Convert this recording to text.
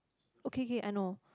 okay okay I know